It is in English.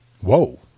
Whoa